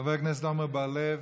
חבר הכנסת עמר בר-לב,